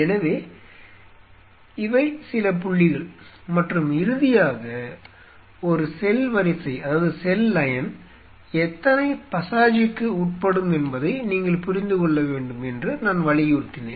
எனவே இவை சில புள்ளிகள் மற்றும் இறுதியாக ஒரு செல் வரிசை எத்தனை பசாஜுக்கு உட்படும் என்பதை நீங்கள் புரிந்து கொள்ள வேண்டும் என்று நான் வலியுறுத்தினேன்